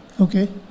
Okay